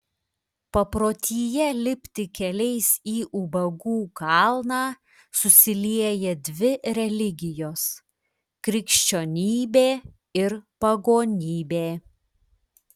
paprotyje lipti keliais į ubagų kalną susilieja dvi religijos krikščionybė ir pagonybė